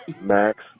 Max